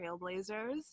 trailblazers